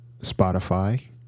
Spotify